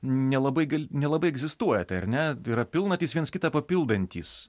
nelabai gal nelabai egzistuoja tai ar ne tai yra pilnatys viens kitą papildantys